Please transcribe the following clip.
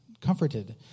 comforted